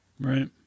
Right